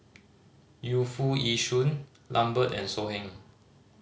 Yu Foo Yee Shoon Lambert and So Heng